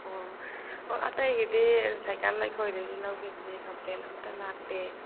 ꯑꯣ ꯑꯣ ꯑꯇꯩꯒꯤꯗꯤ ꯁꯥꯏꯀꯜ ꯑꯩꯈꯣꯏꯗꯒꯤ ꯂꯧꯈꯤꯕꯁꯤ ꯀꯝꯄ꯭ꯂꯦꯟ ꯑꯝꯇ ꯂꯥꯛꯇꯦ